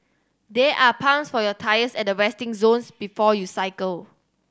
there are pumps for your tyres at the resting zone before you cycle